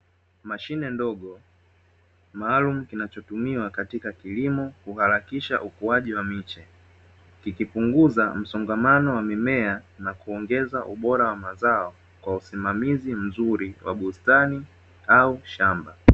Mashine ndogo maalum, kinachotumiwa katika kilimo uharakisha ukuaji wa miche ikipunguza msongamano wa mimea na kuongeza ubora wa mazao kwa usimamizi mzuri wa bustani au shamba.